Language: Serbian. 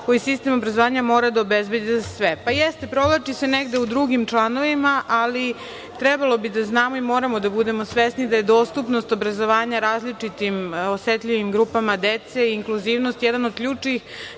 koji sistem obrazovanja mora da obezbedi za sve. Jeste, provlači se negde u drugim članovima, ali trebalo bi da znamo i moramo da budemo svesni da je dostupnost obrazovanja različitim osetljivim grupama dece i inkluzivnost, jedan od ključnih